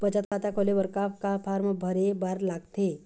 बचत खाता खोले बर का का फॉर्म भरे बार लगथे?